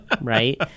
right